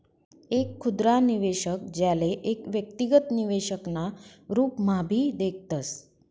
एक खुदरा निवेशक, ज्याले एक व्यक्तिगत निवेशक ना रूपम्हाभी देखतस